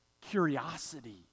curiosity